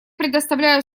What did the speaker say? предоставляю